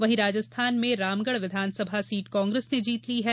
वहीं राजस्थान में रामगढ़ विधानसभा सीट कांग्रेस ने जीत ली है